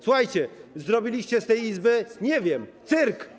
Słuchajcie, zrobiliście z tej Izby, nie wiem, cyrk.